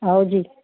ਆਓ ਜੀ